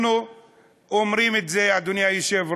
אנחנו אומרים את זה, אדוני היושב-ראש: